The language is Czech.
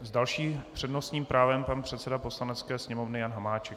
S dalším přednostním právem pan předseda Poslanecké sněmovny Jan Hamáček.